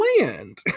land